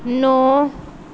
ਨੌਂ